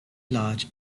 large